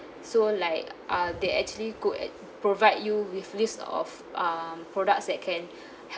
so like uh they actually good at provide you with list of um products that can help